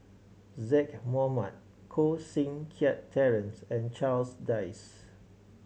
Zaqy Mohamad Koh Seng Kiat Terence and Charles Dyce